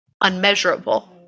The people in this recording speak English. unmeasurable